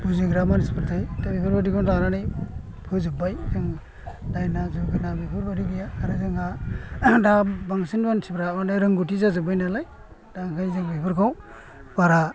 बुजिग्रा मानसिफोर थायो दा बिफोरबादिखौ लानानै फोजोबबाय जों दायना दुइना बेफोरबादि गैया आरो जोंहा दा बांसिन मानसिफ्रा रोंगौथि जाजोबबाय नालाय दा ओंखायनो जोङो बेफोरखौ बारा